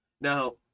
Now